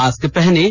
mask पहनें